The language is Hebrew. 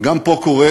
גם פה קורה